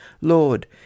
Lord